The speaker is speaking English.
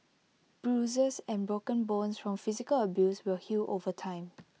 bruises and broken bones from physical abuse will heal over time